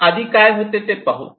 आधी काय होते ते पाहू